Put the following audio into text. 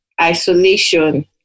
Isolation